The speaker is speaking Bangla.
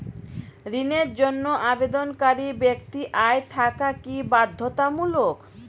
ঋণের জন্য আবেদনকারী ব্যক্তি আয় থাকা কি বাধ্যতামূলক?